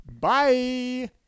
Bye